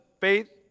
faith